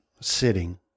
sitting